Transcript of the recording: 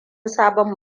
sabon